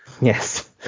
Yes